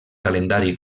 calendari